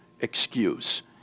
excuse